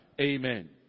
Amen